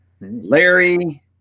Larry